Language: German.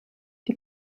die